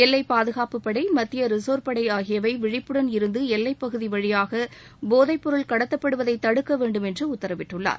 எல்லை பாதுகாப்புப்படை மத்திய ரிசர்வ் படை ஆகியவை விழிப்புடன் இருந்து எல்லைப்பகுதி வழியாக போதைப் பொருள் கடத்தப்படுவதை தடுக்க வேண்டும் என்று உத்தரவிட்டுள்ளார்